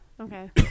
Okay